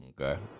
Okay